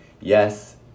yes